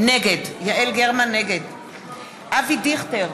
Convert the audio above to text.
נגד אבי דיכטר,